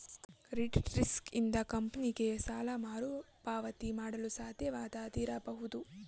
credit risk ಇಂದ ಕಂಪನಿಗೆ ಸಾಲ ಮರುಪಾವತಿ ಮಾಡಲು ಸಾಧ್ಯವಾಗದಿರಬಹುದು